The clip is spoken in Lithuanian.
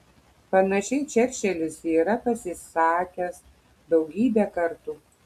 panašiai čerčilis yra pasisakęs daugybę kartų